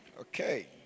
Okay